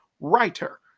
writer